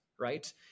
right